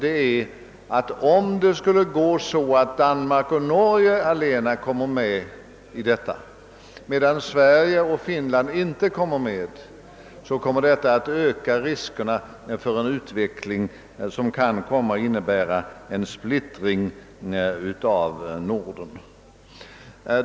Om det skulle gå så att Danmark och Norge allena kommer med i samarbetet, medan Sverige och Finland inte gör det, ökar detta riskerna för en utveckling som längre fram kan medföra en allvarlig splittring av Norden.